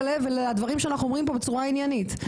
ולדברים שאנחנו אומרים פה בצורה עניינית.